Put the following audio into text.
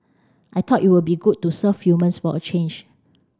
I thought it would be good to serve humans for a change